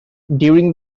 during